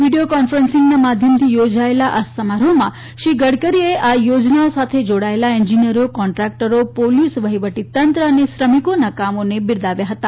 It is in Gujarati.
વિડીયો કોન્ફરન્સીંગના માધ્યમથી યોજાયેલા આ ઉદઘાટન સમારોહમાં શ્રી ગડકરીએ આ યોજનાઓ સાથે જોડાયેલા એન્જીનીયરો કોન્ટ્રાકટરો પોલીસ વહીવટી તંત્ર અને શ્રમિકોના કામોને બિરદાવ્યા હતા